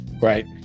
Right